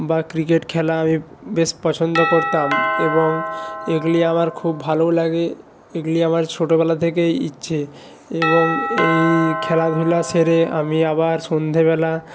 বা ক্রিকেট খেলা আমি বেশ পছন্দ করতাম এবং এগুলি আমার খুব ভালোও লাগে এগুলি আমার ছোটোবেলা থেকেই ইচ্ছে এবং এই খেলাধুলা সেরে আমি আবার সন্ধ্যেবেলা